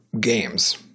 games